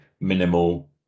minimal